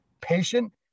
patient